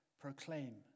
Proclaim